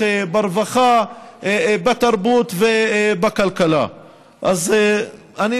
אז מה?